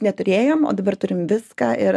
neturėjom o dabar turim viską ir